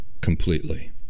completely